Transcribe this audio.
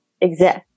exist